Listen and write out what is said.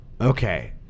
Okay